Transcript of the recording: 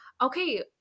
Okay